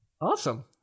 Awesome